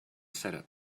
setup